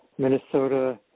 Minnesota